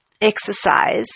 exercise